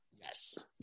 Yes